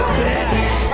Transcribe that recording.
bitch